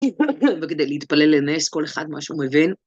וכדי להתפלל לנס, כל אחד מה שהוא מבין.